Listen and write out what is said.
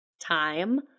time